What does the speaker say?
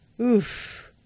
Oof